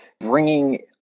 Bringing